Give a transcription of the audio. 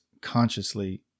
consciously